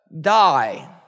die